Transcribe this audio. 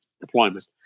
deployment